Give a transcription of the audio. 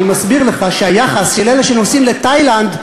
אני מסביר לך שהיחס של אלה שנוסעים לתאילנד,